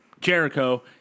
Jericho